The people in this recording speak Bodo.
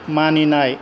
मानिनाय